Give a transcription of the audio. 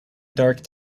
dark